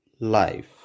life